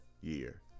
year